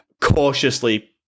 cautiously